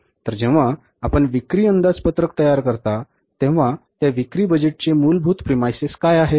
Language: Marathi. तर जेव्हा आपण विक्री अंदाजपत्रक तयार करता तेव्हा त्या विक्री बजेटचे मूलभूत premises काय आहेत